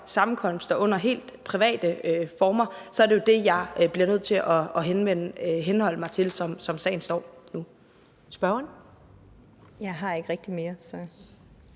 sammenkomster under helt private former, så er det jo det, jeg bliver nødt til at henholde mig til, som sagen står nu. Kl. 14:31 Første næstformand